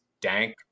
dank